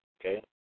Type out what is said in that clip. okay